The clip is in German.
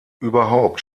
überhaupt